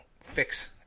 fix